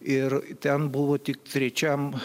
ir ten buvo tik trečiam